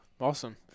Awesome